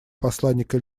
посланника